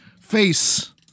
face